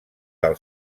del